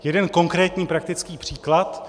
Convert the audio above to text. Jeden konkrétní praktický příklad.